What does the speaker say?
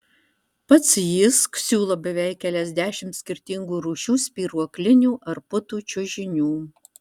pats jysk siūlo beveik keliasdešimt skirtingų rūšių spyruoklinių ar putų čiužinių